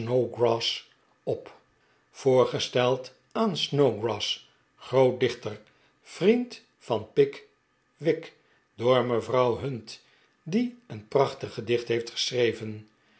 op voorgesteld aan snowgrass groot dichter vriend van pick wick door mevrouw hunt die een prachtig gedicht heeft geschreven